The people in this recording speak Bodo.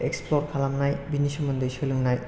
एक्सप्लर खालामनाय बेनि सोमोन्दै सोलोंनाय